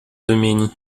domenii